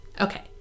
Okay